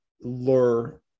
lure